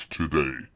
today